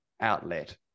outlet